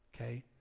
Okay